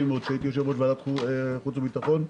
כשהייתי יושב-ראש ועדת החוץ והביטחון.